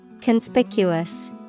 Conspicuous